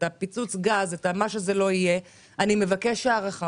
לכן אני מבקש הארכה",